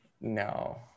No